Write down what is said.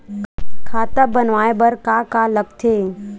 खाता बनवाय बर का का लगथे?